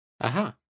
Aha